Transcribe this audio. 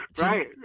Right